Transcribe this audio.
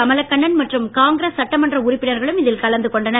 கமலக்கண்ணன் மற்றும் காங்கிரஸ் சட்டமன்ற உறுப்பினர்களும் இதில் கலந்து கொண்டனர்